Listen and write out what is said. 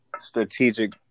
strategic